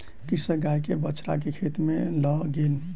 कृषक गाय के बछड़ा के खेत में लअ गेल